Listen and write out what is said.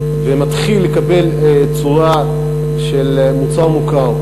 ומתחיל לקבל צורה של מוצר מוכר,